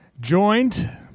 joined